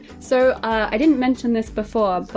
so i didn't mention this before, but